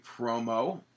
promo